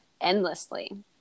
endlessly